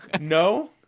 No